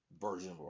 version